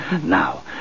Now